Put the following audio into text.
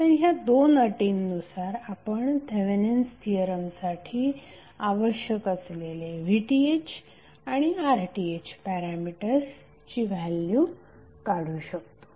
तर ह्या दोन अटींनुसार आपण थेवेनिन्स थिअरमसाठी आवश्यक असलेले VThआणि RThपॅरामीटर्सची व्हॅल्यू काढू शकतो